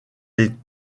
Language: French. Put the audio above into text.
les